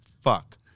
fuck